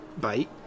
bite